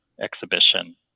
exhibition